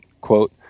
quote